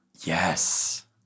yes